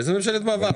איזו ממשלת מעבר?